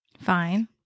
Fine